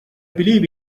believe